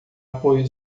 apoio